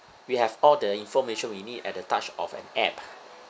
we have all the information we need at the touch of an app